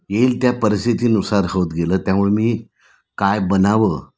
येईल त्या परिस्थितीनुसार होत गेलं त्यामुळे मी काय बनावं